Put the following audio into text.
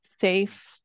safe